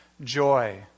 joy